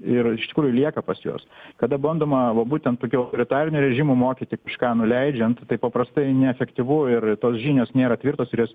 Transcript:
ir iš tikrųjų lieka pas juos kada bandoma va būtent tokiu autoritariniu režimu mokyti kažką nuleidžiant taip paprastai neefektyvu ir tos žinios nėra tvirtos ir jos